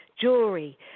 jewelry